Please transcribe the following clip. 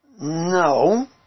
No